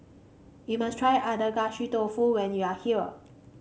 you must try Agedashi Dofu when you are here